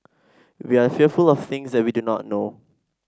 we are fearful of things that we do not know